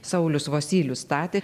saulius vosylius statė